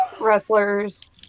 wrestlers